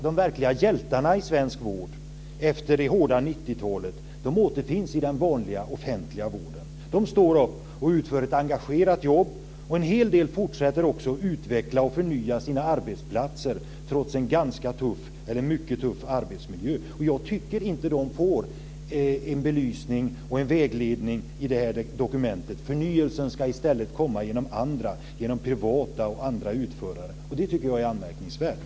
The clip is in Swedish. De verkliga hjältarna i svensk vård, efter det hårda 90-talet, återfinns i den vanliga, offentliga vården. De står upp och utför ett engagerat jobb, och en hel del fortsätter också att utveckla och förnya sina arbetsplatser trots en mycket tuff arbetsmiljö. Jag tycker inte att de får en belysning och en vägledning i detta dokument. Förnyelsen ska i stället komma genom privata och andra utförare. Jag tycker att det är anmärkningsvärt.